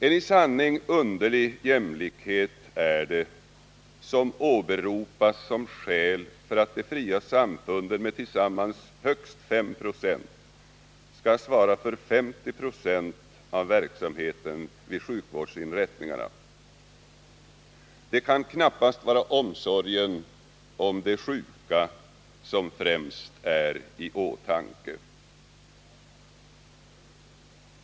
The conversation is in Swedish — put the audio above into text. En i sanning underlig jämlikhet är det som åberopas som skäl för att de fria samfunden med tillsammans högst 5 9 skall svara för 50 96 av verksamheten vid sjukvårdsinrättningarna. Det kan knappast vara omsorgen om de sjuka som främst är i åtanke.